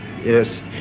Yes